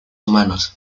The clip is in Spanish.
humanos